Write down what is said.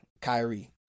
Kyrie